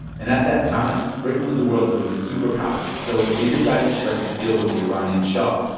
and at that time, britain was the world's biggest superpower, so they decided to strike a deal with the iranian shah.